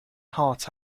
heart